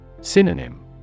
Synonym